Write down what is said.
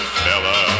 fella